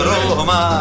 Roma